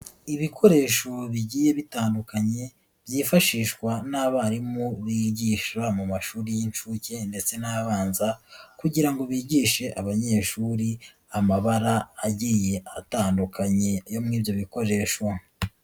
Ibikoresho bigiye bitandukanye, byifashishwa n'abarimu bigisha mu mashuri y'inshuke ndetse n'abanza kugira ngo bigishe abanyeshuri, amabara agiye atandukanye yo muri ibyo bikoresho.